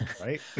Right